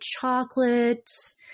chocolates